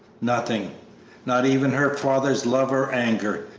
nothing not even her father's love or anger,